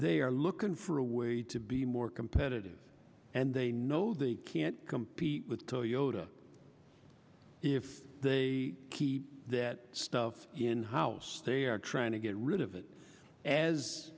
they are looking for a way to be more competitive and they know they can't compete with toyota if they keep that stuff in house they are trying to get rid of it as